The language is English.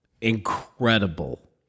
incredible